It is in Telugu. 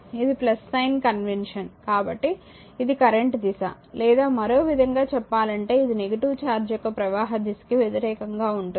ఇది సైన్ కన్వెన్షన్ కాబట్టి ఇది కరెంట్ దిశ లేదా మరో విధంగా చెప్పాలంటే ఇది నెగిటివ్ చార్జ్ యొక్క ప్రవాహ దిశకి వ్యతిరేకంగా ఉంటుంది